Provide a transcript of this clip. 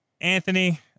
Anthony